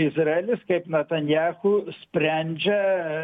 izraelis kaip natanjahu sprendžia